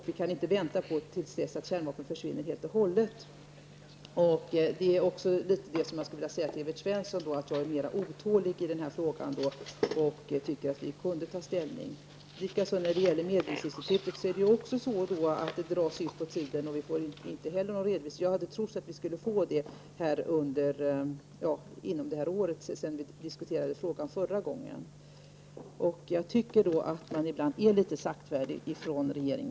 Vi kan inte vänta till dess att kärnvapnen försvinner helt och hållet. Jag skulle också vilja säga till Evert Svensson att jag är mera otålig i den här frågan, och jag menar att vi kunde ta ställning. Även när det gäller medlingsinstitutet drar det ut på tiden, och vi får inte heller där någon redovisning. Jag hade trott att vi skulle få en sådan inom ett år efter det att vi diskuterade frågan förra gången. Jag tycker att regeringen ibland är litet saktfärdig.